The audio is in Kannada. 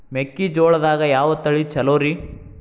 ಮೆಕ್ಕಿಜೋಳದಾಗ ಯಾವ ತಳಿ ಛಲೋರಿ?